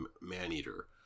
Maneater